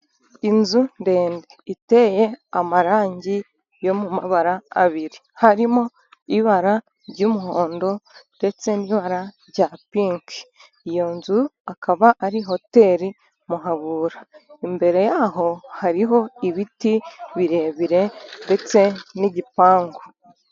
Inzu ndende, iteye amarangi yo mu mabara abiri. Harimo ibara ry'umuhondo, ndetse n'ibara rya pinki. Iyo nzu akaba ari hoteri Muhabura. Imbere yaho hariho ibiti birebire, ndetse n'igipangu.